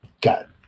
got